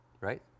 right